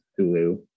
Hulu